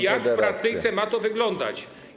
Jak w praktyce ma to wyglądać?